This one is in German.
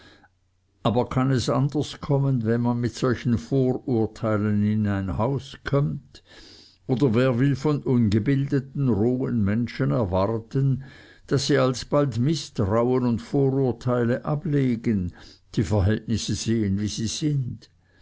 aber kann es anders kommen wenn man mit solchen vorurteilen in ein haus kömmt oder wer will von ungebildeten rohen menschen erwarten daß sie alsbald mißtrauen und vorurteile ablegen die verhältnisse sehen wie sie sind